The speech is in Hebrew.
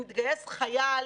מתגייס חייל